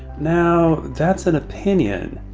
now. that's an opinion.